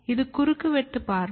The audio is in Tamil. இது குறுக்கு வெட்டு பார்வை